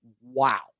wow